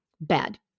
bad